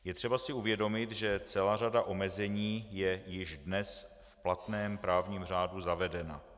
Je třeba si uvědomit, že celá řada omezení je již dnes v platném právním řádu zavedena.